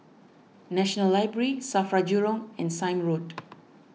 National Library Safra Jurong and Sime Road